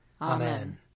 Amen